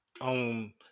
on